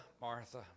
Martha